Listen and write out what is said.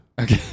Okay